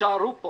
יישארו פה